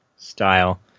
style